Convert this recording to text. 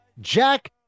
Jack